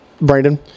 Brandon